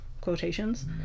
quotations